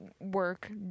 work